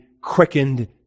quickened